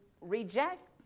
reject